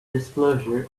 disclosure